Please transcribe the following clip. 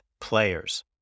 players